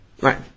Right